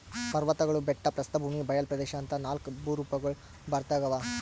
ಪರ್ವತ್ಗಳು ಬೆಟ್ಟ ಪ್ರಸ್ಥಭೂಮಿ ಬಯಲ್ ಪ್ರದೇಶ್ ಅಂತಾ ನಾಲ್ಕ್ ಭೂರೂಪಗೊಳ್ ಭಾರತದಾಗ್ ಅವಾ